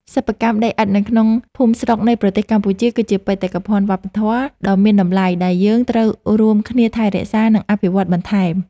សិប្បកម្មដីឥដ្ឋនៅក្នុងភូមិស្រុកនៃប្រទេសកម្ពុជា គឺជាបេតិកភណ្ឌវប្បធម៌ដ៏មានតម្លៃដែលយើងត្រូវរួមគ្នាថែរក្សា និង អភិវឌ្ឍបន្ថែម។